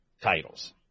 titles